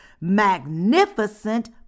magnificent